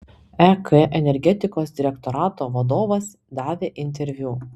ek energetikos direktorato vadovas davė interviu